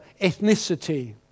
ethnicity